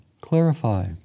clarify